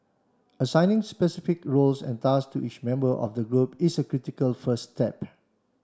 assigning specific roles and task to each member of the group is a critical first step